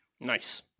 Nice